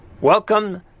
Welcome